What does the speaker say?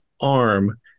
arm